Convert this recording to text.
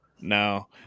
No